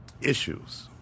issues